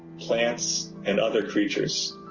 plants and other creatures.